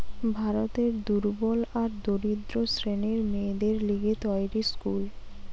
ভারতের দুর্বল আর দরিদ্র শ্রেণীর মেয়েদের লিগে তৈরী স্কুল